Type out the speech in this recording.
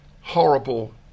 Horrible